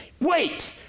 Wait